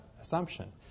assumption